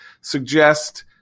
suggest